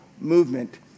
movement